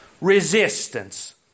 Resistance